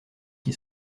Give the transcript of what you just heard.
qui